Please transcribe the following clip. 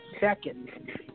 second